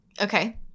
Okay